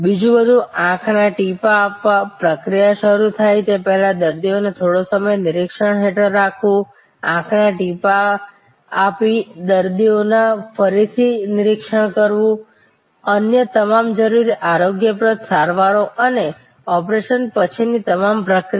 બીજું બધું આંખના ટીપાં આપવા પ્રક્રિયા શરૂ થાય તે પહેલાં દર્દીને થોડો સમય નિરીક્ષણ હેઠળ રાખવું આંખના ટીપાં આપવા દર્દીનું ફરીથી નિરીક્ષણ કરવું અન્ય તમામ જરૂરી આરોગ્યપ્રદ સારવારો અને ઓપરેશન પછીની તમામ પ્રક્રિયા